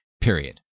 Period